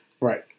Right